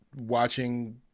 watching